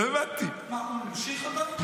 לא הבנתי --- אתה ממשיך אותו?